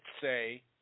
say